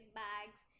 bags